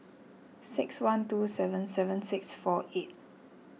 six one two seven seven six four eight